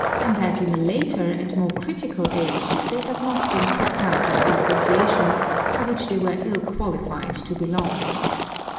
and that in a later and more critical age they have not been kicked out of the association to which they were ill qualified to belong.